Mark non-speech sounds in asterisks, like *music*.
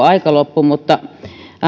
*unintelligible* aika loppui mutta